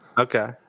Okay